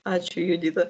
ačiū judita